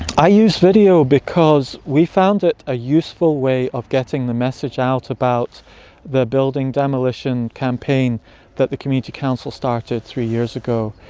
i use video because we found it a useful way of getting the message out about the building demolition campaign that the community council started three years ago.